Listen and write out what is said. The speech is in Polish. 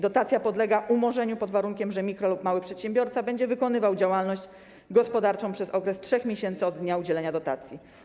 Dotacja podlega umorzeniu pod warunkiem, że mikro- lub mały przedsiębiorca będzie wykonywał działalność gospodarczą przez okres 3 miesięcy od dnia udzielenia dotacji.